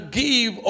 give